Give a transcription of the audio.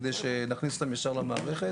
כדי שנכניס אותם ישר למערכת.